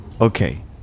okay